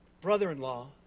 brother-in-law